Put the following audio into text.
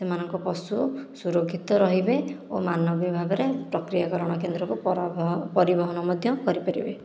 ସେମାନଙ୍କ ପଶୁ ସୁରକ୍ଷିତ ରହିବେ ଓ ମାନବୀୟ ଭାବରେ ପ୍ରକ୍ରିୟା କରଣ କେନ୍ଦ୍ରକୁ ପରିବହନ ମଧ୍ୟ କରିପାରିବେ